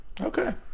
Okay